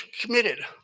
committed